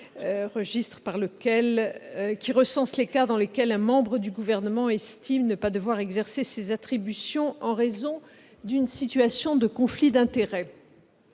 recensant les cas dans lesquels un membre du Gouvernement estime ne pas devoir exercer ses attributions en raison d'une situation de conflit d'intérêts.